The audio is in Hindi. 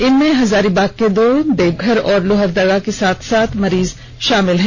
इनमें हजारीबाग के दो देवघर और लोहरदगा के सात सात मरीज शामिल हैं